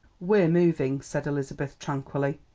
we're moving, said elizabeth tranquilly.